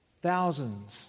Thousands